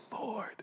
Lord